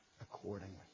accordingly